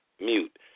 mute